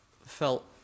felt